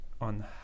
on